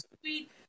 sweet